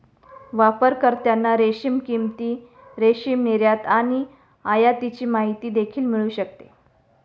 वापरकर्त्यांना रेशीम किंमती, रेशीम निर्यात आणि आयातीची माहिती देखील मिळू शकते